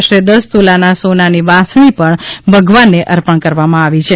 આશરે દસ તોલાના સોનાની વાંસળી પણ ભગવાનને અર્પણ કરવામાં આવી છે